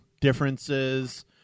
differences